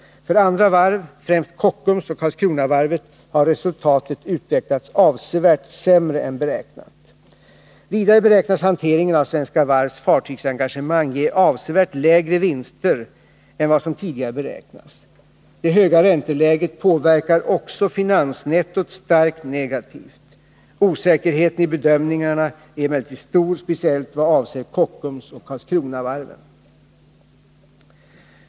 För andra varv, främst Kockums och Karlskronavarvet, har resultatet utvecklats avsevärt sämre än beräknat. Vidare bedöms hanteringen av Svenska Varvs fartygsengagemang ge avsevärt lägre vinster än vad som tidigare beräknats. Det höga ränteläget påverkar också finansnettot starkt negativt. Osäkerheten i bedömningarna är emellertid stor, speciellt i vad avser Kockums och Karlskronavarvet.